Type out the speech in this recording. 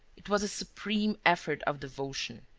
it was a supreme effort of devotion.